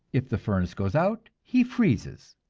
if the furnace goes out he freezes,